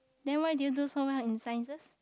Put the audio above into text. never mind they do so hard in sciences